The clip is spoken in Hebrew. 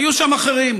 היו שם אחרים,